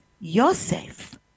Yosef